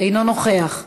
אינו נוכח.